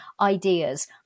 ideas